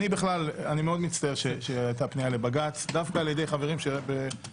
אני מאוד מצטער שהייתה פנייה לבג"ץ דווקא על ידי חברים שכל